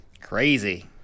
Crazy